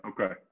Okay